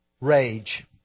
rage